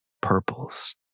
purples